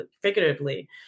figuratively